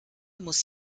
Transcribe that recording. muss